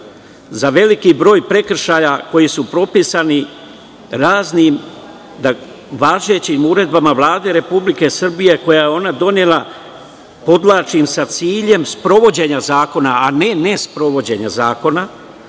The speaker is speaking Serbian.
za veliki broj prekršaja koji su propisani raznim važećim uredbama Vlade Republike Srbije koje je ona donela sa ciljem sprovođenja zakona, a ne nesprovođenja zakona,